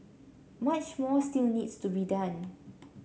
much more still needs to be done